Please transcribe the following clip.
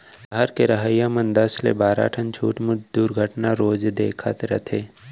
सहर के रहइया मन दस ले बारा ठन छुटमुट दुरघटना रोज देखत रथें